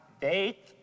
date